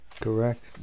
Correct